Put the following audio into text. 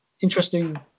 interesting